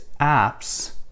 apps